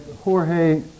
Jorge